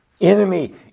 Enemy